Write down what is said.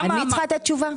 אני צריכה לתת תשובה?